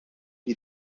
die